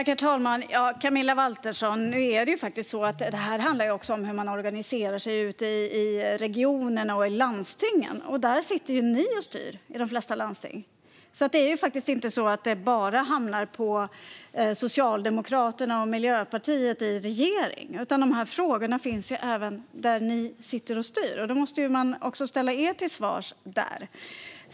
Herr talman! Nu är det faktiskt så, Camilla Waltersson, att det här också handlar om hur man organiserar sig ute i regionerna och i landstingen, och ni sitter ju och styr i de flesta landsting. Det är ju inte så att det bara hamnar på Socialdemokraterna och Miljöpartiet i regeringen, utan dessa frågor finns även där ni sitter och styr. Då måste också ni ställas till svars där.